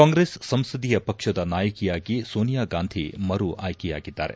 ಕಾಂಗ್ರೆಸ್ ಸಂಸದೀಯ ಪಕ್ಷದ ನಾಯಕಿಯಾಗಿ ಸೋನಿಯಾಗಾಂಧಿ ಮರು ಆಯ್ಕೆಯಾಗಿದ್ದಾರೆ